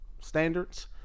standards